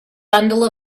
bundle